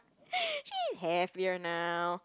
she's happier now